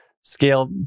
Scale